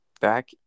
back